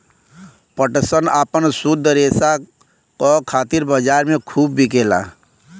पटसन आपन शुद्ध रेसा क खातिर बजार में खूब बिकेला